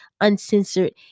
uncensored